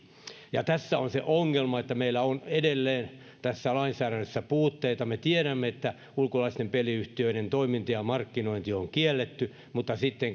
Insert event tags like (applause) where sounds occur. tässä on se ongelma että meillä on edelleen tässä lainsäädännössä puutteita me tiedämme että ulkolaisten peliyhtiöiden toiminta ja markkinointi on kielletty mutta sitten (unintelligible)